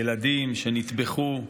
ילדים שנטבחו,